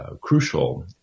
crucial